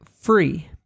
free